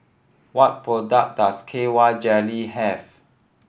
what products does K Y Jelly have